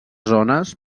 zones